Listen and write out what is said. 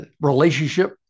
relationship